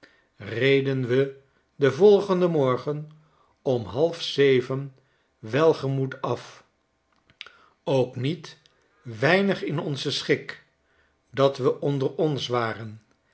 reden we den volgenden morgen om halfzeven wegemoed af ook niet weinig in onzen schik dat we onder ons waren